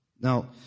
now